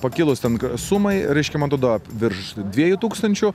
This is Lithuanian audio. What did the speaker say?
pakilus ten sumai reiškia man atrodo virš dviejų tūkstančių